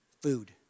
food